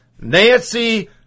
Nancy